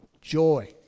joy